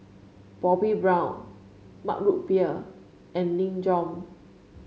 Bobbi Brown Mug Root Beer and Nin Jiom